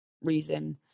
reason